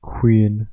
Queen